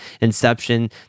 inception